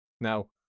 Now